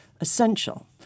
essential